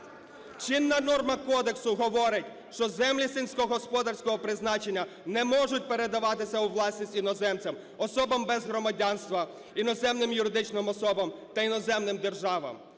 Чинна норма кодексу говорить, що землі сільськогосподарського призначення не можуть передаватися у власність іноземцям, особам без громадянства, іноземним юридичним особам та іноземним державам.